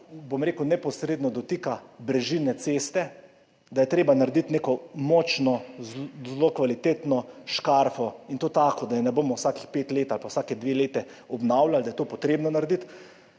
bom rekel, neposredno dotika brežine ceste, da treba narediti neko močno, zelo kvalitetno škarpo, in to takšno, da je ne bomo vsakih pet let ali pa vsaki dve leti obnavljali, da je to potrebno narediti.